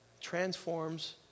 transforms